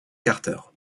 carter